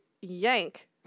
yank